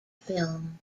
film